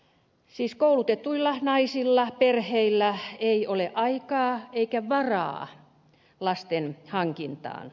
siis koulutetuilla naisilla perheillä ei ole aikaa eikä varaa lasten hankintaan